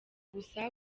gusa